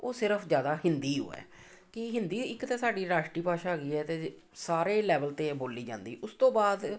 ਉਹ ਸਿਰਫ਼ ਜ਼ਿਆਦਾ ਹਿੰਦੀ ਓ ਹੈ ਕਿ ਹਿੰਦੀ ਇੱਕ ਤਾਂ ਸਾਡੀ ਰਾਸ਼ਟਰੀ ਭਾਸ਼ਾ ਹੈਗੀ ਹੈ ਅਤੇ ਸਾਰੇ ਲੈਵਲ 'ਤੇ ਇਹ ਬੋਲੀ ਜਾਂਦੀ ਉਸ ਤੋਂ ਬਾਅਦ